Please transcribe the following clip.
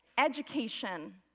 education,